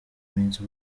iminsi